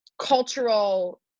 cultural